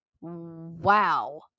Wow